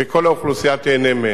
וכל האוכלוסייה תיהנה מהן.